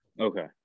Okay